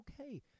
okay